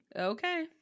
Okay